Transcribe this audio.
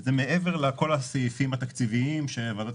וזה מעבר לכל הסעיפים התקציביים שוועדת